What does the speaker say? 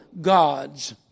gods